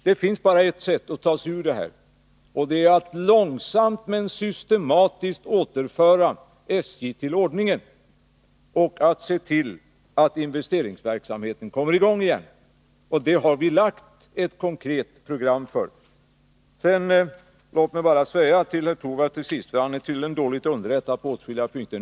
Det finns bara ett sätt att ta sig ur det här, och det är att långsamt men systematiskt återföra SJ till ordningen och att se till att investeringsverksamheten kommer i gång igen. Det har vi lagt fram ett konkret förslag för. Låt mig säga ytterligare några ord till herr Torwald, för han är tydligen dåligt underrättad.